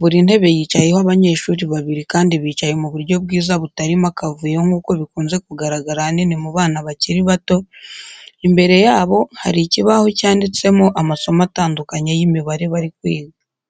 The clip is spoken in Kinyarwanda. buri ntebe yicayeho abanyeshuri babiri kandi bicaye mu buryo bwiza butarimo akavuyo nk'uko bikunze kugaragara ahanini mu bana bakiri bato, imbere yabo hari ikibaho cyanditsemo amasomo atandukanye y'imibare bari kwiga.